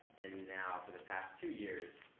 and now for the past two years,